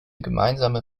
gemeinsame